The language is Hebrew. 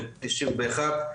ב-1991,